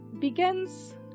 begins